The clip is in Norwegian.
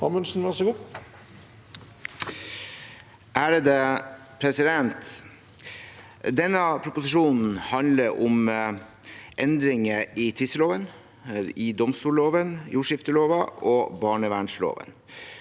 for saken): Denne proposisjonen handler om endringer i tvisteloven, i domstolloven, i jordskiftelova og i barnevernsloven.